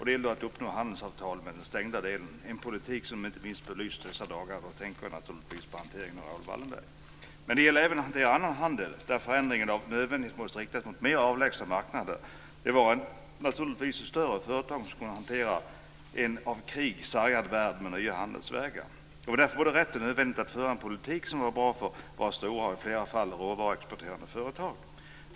Det gällde att uppnå handelsavtal med den stängda delen - en politik som inte minst belysts dessa dagar. Då tänker jag naturligtvis på hanteringen av Raoul Men det gällde även att hantera annan handel, där förändringen av nödvändighet måste riktas mot mer avlägsna marknader. Det var naturligtvis de större företagen som kunde hantera detta i en av krig sargad värld med nya handelsvägar. Det var därför både rätt och nödvändigt att föra en politik som var bra för våra stora och i flera fall råvaruexporterande företag.